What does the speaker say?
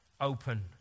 open